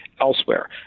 elsewhere